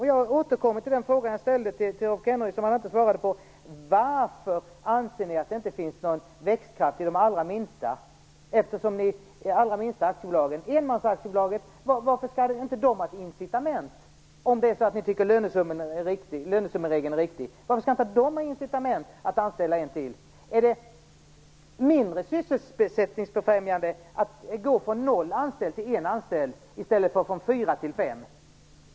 Jag återkommer till den fråga jag ställde till Rolf Kenneryd, som han inte svarade på. Varför anser ni att det inte finns någon växtkraft i de allra minsta aktiebolagen? Varför skall inte enmansaktiebolagen få incitament att anställa en till, om ni nu tycker att lönesummeregeln är riktig? Är det mindre sysselsättningsbefrämjande att gå från noll till en anställd i stället för från fyra till fem?